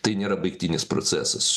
tai nėra baigtinis procesas